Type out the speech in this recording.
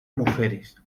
mujeres